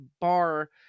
bar